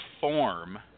form